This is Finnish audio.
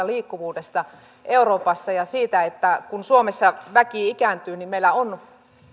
liikkuvuudesta euroopassa ja siitä että kun suomessa väki ikääntyy niin meillä on